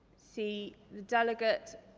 see delegate